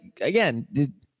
again